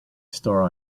store